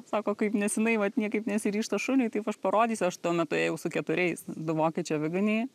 sako kaip nesenai vat niekaip nesiryžta šuniui taip aš parodysiu aš tuo metu ėjau su keturiais du vokiečių aviganiai